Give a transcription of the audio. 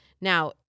Now